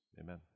amen